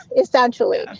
Essentially